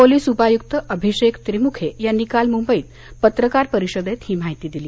police उपायुक्त अभिषेक त्रिमुखे यांनी काल मुंबईत पत्रकार परिषदेत ही माहिती दिली